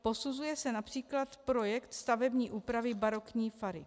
Posuzuje se například projekt stavební úpravy barokní fary.